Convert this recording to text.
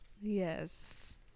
Yes